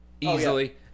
Easily